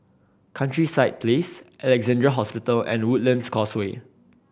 Countryside Place Alexandra Hospital and Woodlands Causeway